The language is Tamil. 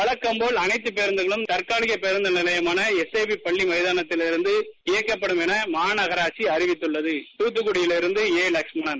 வழக்கம்போல் அனைத்து பேருந்துகளும் தற்காலிக பேருந்து நிலையமான எஸ்ஐவி பள்ளி மைதானத்திலிருந்து இயக்கப்படும் என மாநகராட்சி அறிவித்துள்ளது தாத்தங்குடியிலிருந்து ஏ லட்சுமனன்